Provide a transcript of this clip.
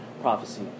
prophecy